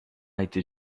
était